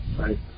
right